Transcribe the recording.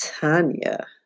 Tanya